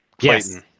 Yes